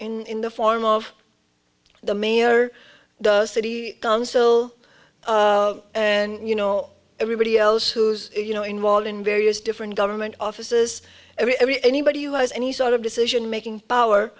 establishment in the form of the mayor the city council and you know everybody else who's you know involved in various different government offices anybody who has any sort of decision making power